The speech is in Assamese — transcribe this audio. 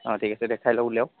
অঁ ঠিক আছে দেখাই লওক উলিৱাওক